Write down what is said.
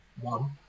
one